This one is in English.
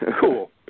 Cool